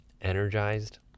energized